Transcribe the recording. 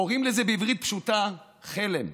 קוראים לזה בעברית פשוטה חלם.